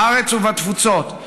בארץ ובתפוצות,